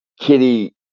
kitty